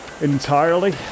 entirely